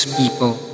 people